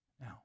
Now